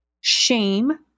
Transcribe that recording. shame